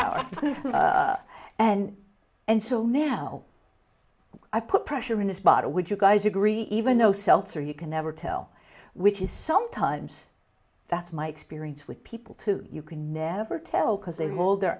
hour and and so now i put pressure in this bottle which you guys agree even though seltzer you can never tell which is sometimes that's my experience with people too you can never tell because they hold their